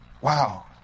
wow